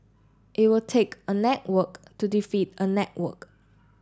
it will take a network to defeat a network